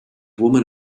woman